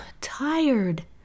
tired